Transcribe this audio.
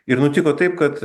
ir nutiko taip kad